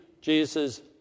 Jesus